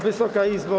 Wysoka Izbo!